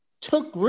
took